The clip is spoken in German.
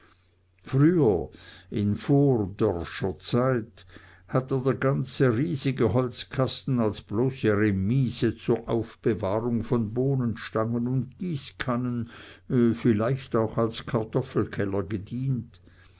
früher in vordörrscher zeit hatte der ganze riesige holzkasten als bloße remise zur aufbewahrung von bohnenstangen und gießkannen vielleicht auch als kartoffelkeller gedient